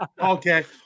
Okay